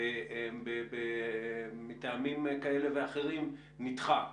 ומטעמים כאלה ואחרים נדחה.